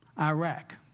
Iraq